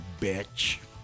bitch